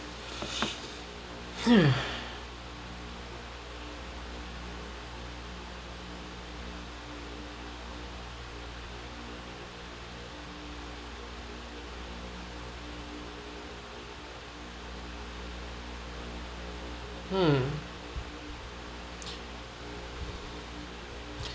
mm